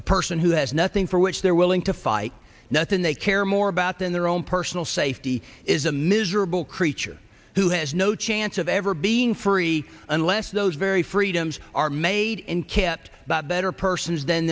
a person who has nothing for which they're willing to fight nothing they care more about than their own personal safety is a miserable creature who has no chance of ever being free unless those very freedoms are made and kept better persons than